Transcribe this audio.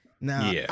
Now